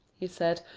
he said,